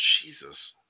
Jesus